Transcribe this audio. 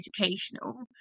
educational